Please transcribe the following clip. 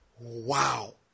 wow